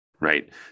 Right